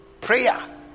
Prayer